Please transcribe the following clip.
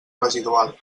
residual